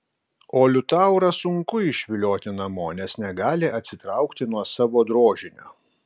o liutaurą sunku išvilioti namo nes negali atsitraukti nuo savo drožinio